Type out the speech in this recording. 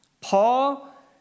Paul